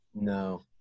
No